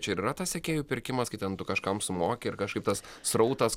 čia ir yra tas sekėjų pirkimas kai ten tu kažkam sumoki ir kažkaip tas srautas